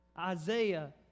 Isaiah